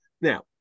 now